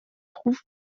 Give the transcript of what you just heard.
trouve